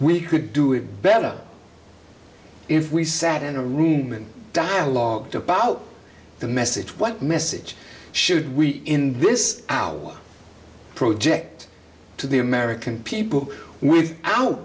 we could do it better if we sat in a room and dialogue about the message what message should we in this out project to the american people with out